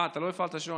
אה, אתה לא הפעלת שעון.